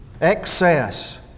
excess